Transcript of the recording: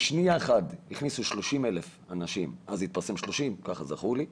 בשנייה אחת הכניסו 30,000 אנשים, כך זכור לי,